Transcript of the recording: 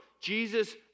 Jesus